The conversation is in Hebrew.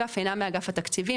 אגף שאינה מאגף התקציבים,